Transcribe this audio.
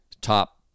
Top